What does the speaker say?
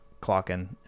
clocking